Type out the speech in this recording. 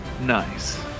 nice